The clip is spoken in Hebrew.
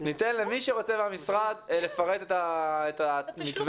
ניתן קודם למשרד לפרט את המתווה,